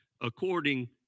according